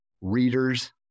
readers